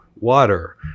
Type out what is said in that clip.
water